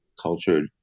cultured